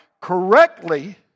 Correctly